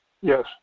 Yes